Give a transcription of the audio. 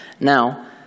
Now